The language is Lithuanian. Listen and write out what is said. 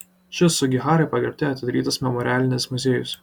č sugiharai pagerbti atidarytas memorialinis muziejus